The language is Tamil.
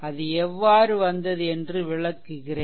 அது எவ்வாறு வந்தது என்று விளக்குகிறேன்